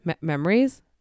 memories